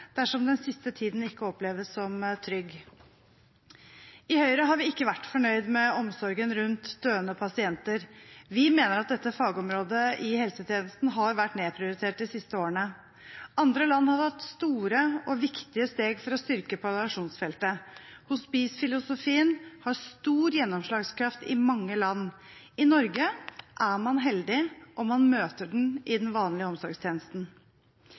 dersom den siste tiden ikke oppleves som trygg. I Høyre har vi ikke vært fornøyd med omsorgen rundt døende pasienter. Vi mener at dette fagområdet i helsetjenesten har vært nedprioritert de siste årene. Andre land har tatt store og viktige steg for å styrke palliasjonsfeltet. Hospice-filosofien har stor gjennomslagskraft i mange land. I Norge er man heldig om man møter den i den vanlige omsorgstjenesten.